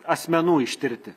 asmenų ištirti